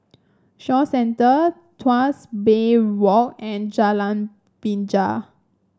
Shaw Centre Tuas Bay Walk and Jalan Binjai